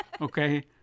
Okay